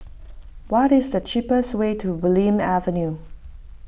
what is the cheapest way to Bulim Avenue